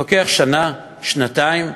לוקח שנה-שנתיים.